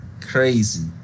crazy